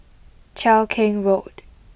Cheow Keng Road